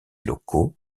locaux